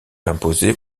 imposé